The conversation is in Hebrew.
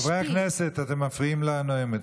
חברי הכנסת, אתם מפריעים לנואמת.